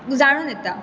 जाणून येता